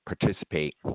participate